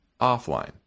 offline